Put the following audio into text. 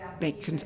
make